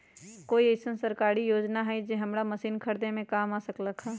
कोइ अईसन सरकारी योजना हई जे हमरा मशीन खरीदे में काम आ सकलक ह?